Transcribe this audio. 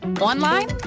online